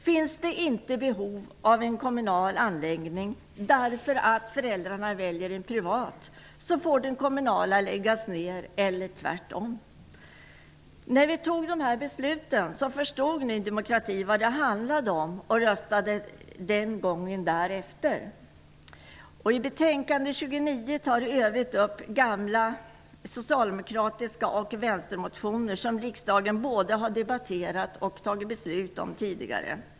Om det inte finns behov av en kommunal anläggning därför att föräldrarna väljer en privat får den kommunala läggas ner -- eller tvärtom. När vi fattade dessa beslut förstod Ny demokrati vad det handlade om och röstade efter det. Socialdemokraterna och Vänsterpartiet som riksdagen både har debatterat och fattat beslut om tidigare.